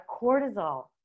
cortisol